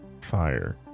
fire